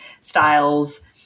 styles